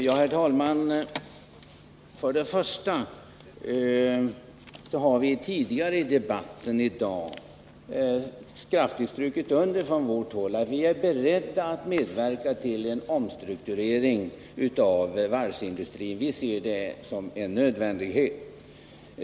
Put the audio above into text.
Herr talman! Först och främst har vi från vårt håll tidigare i debatten i dag kraftigt understrukit att vi är beredda att medverka till en omstrukturering av varvsindustrin — vi ser det som en nödvändighet.